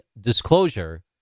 disclosure